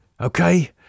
Okay